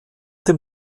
dem